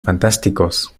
fantásticos